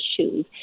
shoes